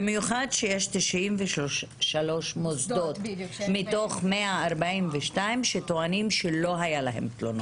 במיוחד שיש 93 מוסדות מתוך 142 שטוענים שלא היו להם תלונות.